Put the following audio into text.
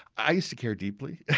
i used to care deeply. yeah